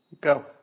Go